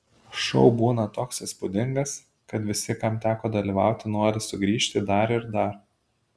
šou būna toks įspūdingas kad visi kam teko dalyvauti nori sugrįžti dar ir dar